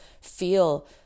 feel